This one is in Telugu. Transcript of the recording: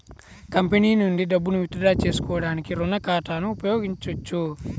కంపెనీ నుండి డబ్బును విత్ డ్రా చేసుకోవడానికి రుణ ఖాతాను ఉపయోగించొచ్చు